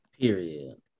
period